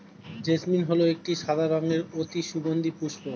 jasmine হল একটি সাদা রঙের অতি সুগন্ধি পুষ্প